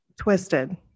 twisted